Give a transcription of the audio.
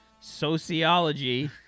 sociology